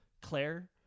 Claire